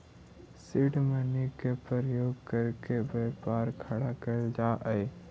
seed money के प्रयोग करके व्यापार खड़ा कैल जा हई